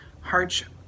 hardship